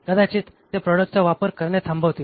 कदाचित ते प्रॉडक्टचा वापर करणे थांबवतील